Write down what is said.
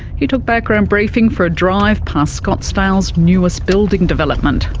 he took background briefing for a drive past scottsdale's newest building development.